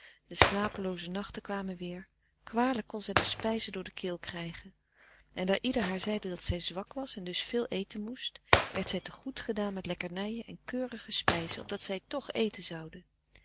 de slapelooze nachten kwamen weer kwalijk kon zij de spijzen door de keel krijgen en daar ieder haar zeide dat zij zwak was en dus veel eten moest werd zij te goed gedaan met lekkernijen en keurige spijzen opdat zij toch eten zoude